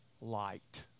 light